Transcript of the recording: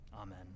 Amen